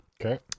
Okay